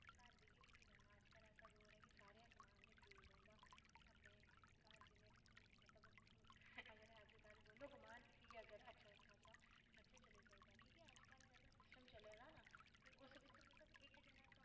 ते घर बेहियै केह् करना अज्जकल दा ते ऐसा दौर ऐ ते घर अगर अज्जकल दौनों कमा दे फ्ही अग्गें अच्छा खासा खरचा चली सकदा ते अजकल जेह्ड़ा सिस्टम चले दा ना उस बिच अगर इक्क कमागा ना